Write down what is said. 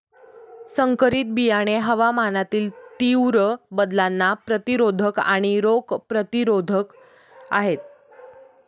संकरित बियाणे हवामानातील तीव्र बदलांना प्रतिरोधक आणि रोग प्रतिरोधक आहेत